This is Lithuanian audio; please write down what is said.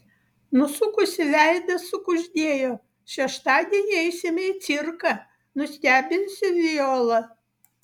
nusukusi veidą sukuždėjo šeštadienį eisime į cirką nustebinsiu violą